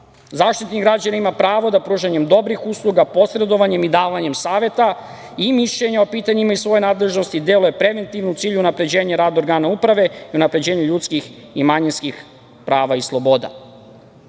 građana ima pravo da pružanjem dobrih usluga, posredovanjem i davanjem saveta i mišljenja o pitanjima iz svoje nadležnosti deluje preventivno u cilju unapređenja rada organa uprave i unapređenju ljudskih i manjinskih prava i